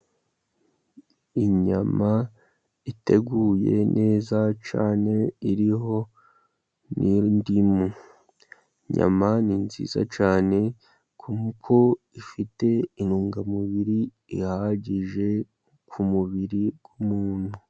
Inyama iteguye neza cyane iriho n'indimu. Inyama ni nziza cyane kuko ifite intungamubiri ihagije ku mubiri w'umuntu.